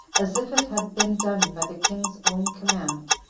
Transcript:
as if it had been done by the king's own command.